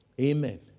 Amen